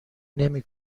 نمی